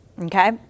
Okay